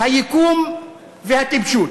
היקום והטיפשות.